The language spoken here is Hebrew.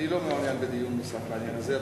אני לא מעוניין בדיון נוסף בעניין הזה.